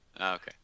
okay